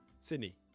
Sydney